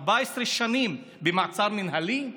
14 שנים במעצר מינהלי,